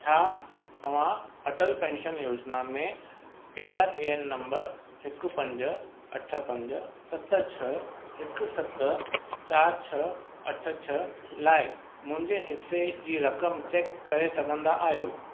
छा तव्हां अटल पेंशन योजना में P R A N number हिकु पंज अठ पंज सत छ्ह हिकु सत चार छ्ह अठ छ्ह लाइ मुंहिंजे हिसे जी रक़म चेक करे सघंदा आहियो